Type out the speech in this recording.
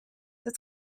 het